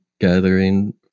gathering